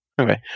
Okay